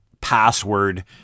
password